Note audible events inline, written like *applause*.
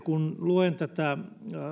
*unintelligible* kun luen tätä